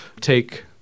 take